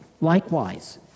likewise